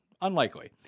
Unlikely